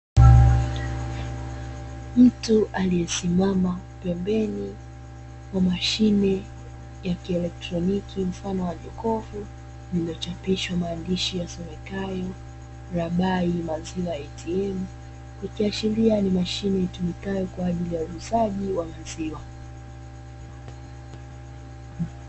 Mtu aliesimama pembeni ya mashine ya kielektroniki mfano wa jokovu lililochapishwa maandishi yasomekayo"LABAI MAZIWA ATM", ikiashiria ni mashine itumikayo kwa ajili ya uuzaji wa maziwa.